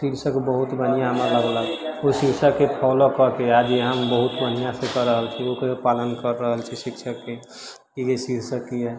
शीर्षक बहुत बढ़िआँ हमरा लागलक ओ शीर्षकके फॉलो करि कऽ जे हम बहुत बढ़िआँसँ कऽ रहल छी ओकरे पालन कऽ रहल छी शीर्षकके जे शीर्षक अइ